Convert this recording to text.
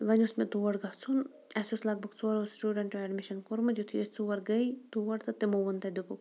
وۄنۍ اوس مےٚ تور گژھُن اَسہِ اوس لگ بگ ژورو سِٹوٗڈَنٹو ایڈمِشَن کوٚرمُت یُتھُے أسۍ ژور گٔے توڑ تہٕ تِمو ووٚن تَتہِ دوٚپُکھ